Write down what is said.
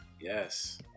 yes